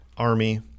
Army